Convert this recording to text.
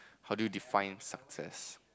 how do you define success